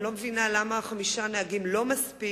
אני לא מבינה למה חמישה נהגים זה לא מספיק.